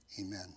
Amen